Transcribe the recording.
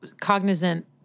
cognizant